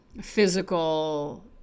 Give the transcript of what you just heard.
physical